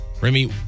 Remy